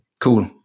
cool